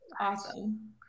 Awesome